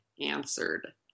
answered